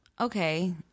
okay